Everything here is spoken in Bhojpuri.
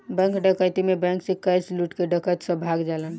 बैंक डकैती में बैंक से कैश लूट के डकैत सब भाग जालन